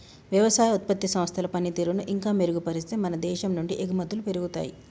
వ్యవసాయ ఉత్పత్తి సంస్థల పనితీరును ఇంకా మెరుగుపరిస్తే మన దేశం నుండి ఎగుమతులు పెరుగుతాయి